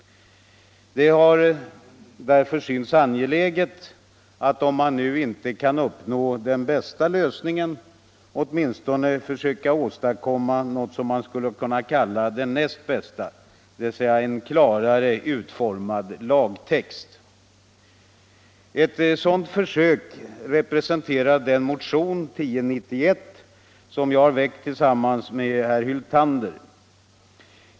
Det har därför synts angeläget att om man nu inte kan uppnå den bästa lösningen åtminstone söka åstadkomma något som kan kallas den näst bästa — en klarare utformad lagtext. Ett sådant försök representerar motionen 1091 som jag har väckt tillsammans med herr Hyltander.